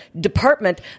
department